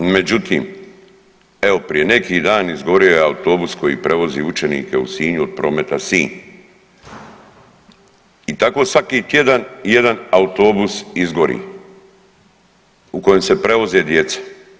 Međutim, evo, prije neki dan izgorio je autobus koji prevozi učenike u Sinju od Prometa Sinj i tako svaki tjedan jedan autobus izgori u kojem se prevoze djeca.